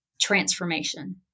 transformation